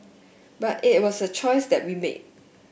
but it was a choice that we made